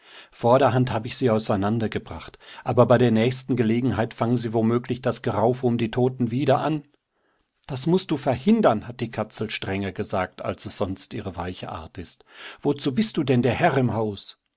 vorderhand hab ich sie auseinander gebracht aber bei der nächsten gelegenheit fangen sie womöglich das geraufe um die toten wieder an das mußt du verhindern hat die katzel strenger gesagt als sonst ihre weiche art ist wozu bist du denn herr im haus